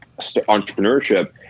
entrepreneurship